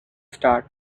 start